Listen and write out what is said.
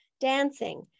dancing